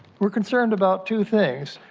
we are concerned about two things.